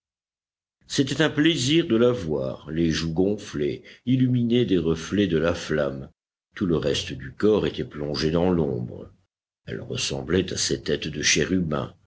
c'était un plaisir de la voir les joues gonflées illuminées des reflets de la flamme tout le reste du corps était plongé dans l'ombre elle ressemblait à ces têtes de chérubin